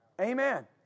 Amen